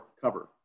cover